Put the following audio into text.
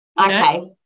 okay